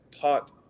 taught